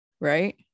right